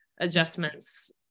Adjustments